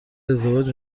ازدواج